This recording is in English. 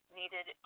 needed